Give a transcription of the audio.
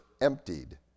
emptied